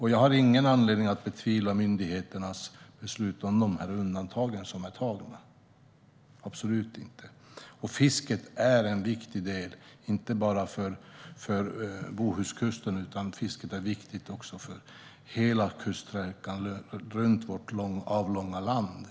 Jag har ingen anledning att betvivla myndigheternas beslut om de undantagen - absolut inte. Fisket är en viktig del, inte bara för Bohuskusten. Fisket är viktigt för hela kuststräckan i vårt avlånga land.